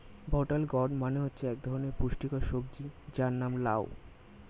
বোতল গোর্ড মানে হচ্ছে এক ধরনের পুষ্টিকর সবজি যার নাম লাউ